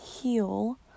heal